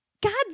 God's